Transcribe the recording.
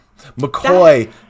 McCoy